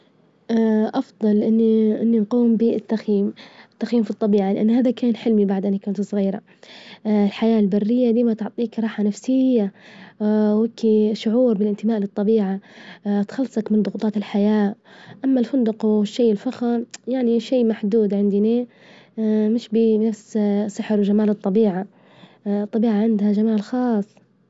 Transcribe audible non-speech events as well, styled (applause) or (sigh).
(hesitation) أفظل إني- إني أجوم بالتخييم، التخييم في الطبيعة لأن هذا كان حلمي بعد إني كنت صغيرة، (hesitation) الحياة البرية ديما تعطيك راحة نفسييية، (hesitation) وهكي شعور بالانتماء للطبيعة، (hesitation) تخلصك من ظغوطات الحياة، أما الفندج والشي الفخم يعني شي محدود عندنا مش بنفس سحر وجمال الطبيعة، الطبيعة عندها جمال خاااص!.